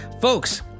folks